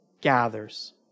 gathers